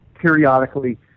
periodically